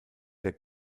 der